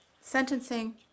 sentencing